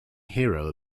hero